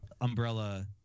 umbrella